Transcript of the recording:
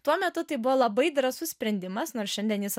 tuo metu tai buvo labai drąsus sprendimas nors šiandien jis